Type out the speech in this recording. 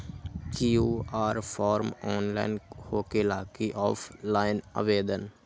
QR form online होकेला कि offline आवेदन?